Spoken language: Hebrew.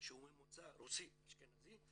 שהוא ממוצא רוסי- אשכנזי,